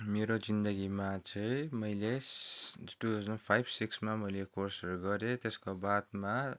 मेरो जिन्दगीमा चाहिँ मैले टू थाउजन फाइभ सिक्समा मैले कोर्सहरू गरेँ त्यसको बादमा